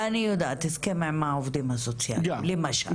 אני יודעת, הסכם עם העובדים הסוציאליים למשל.